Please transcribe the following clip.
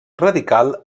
radical